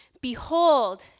Behold